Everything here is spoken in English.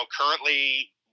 currently